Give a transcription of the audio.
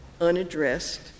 unaddressed